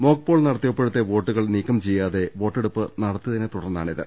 mock poll നടത്തിയപ്പോഴത്തെ വോട്ടുകൾ നീക്കം ചെയ്യാതെ വോട്ടെടുപ്പ് നടത്തിയതിനെത്തുടർന്നാണി ത്